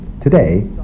Today